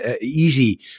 easy